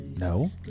No